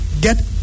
get